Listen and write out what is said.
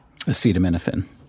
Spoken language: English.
Acetaminophen